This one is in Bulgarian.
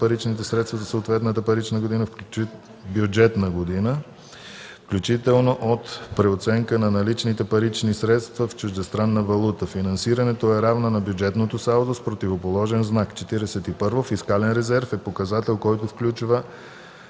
паричните средства за съответната бюджетна година, включително от преоценка на наличните парични средства в чуждестранна валута. Финансирането е равно на бюджетното салдо с противоположен знак. 41. „Фискален резерв” е показател, който включва: